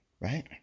Right